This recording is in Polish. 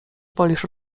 wolisz